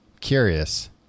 Curious